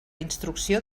instrucció